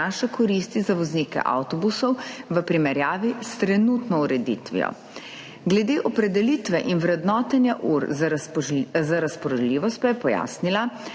prinaša koristi za voznike avtobusov v primerjavi s trenutno ureditvijo. Glede opredelitve in vrednotenja ur za razpoložljivost pa je pojasnila,